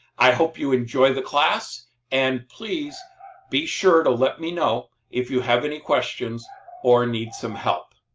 i hope you enjoy the class and please be sure to let me know if you have any questions or need some help.